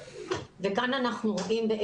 כאן אנחנו רואים את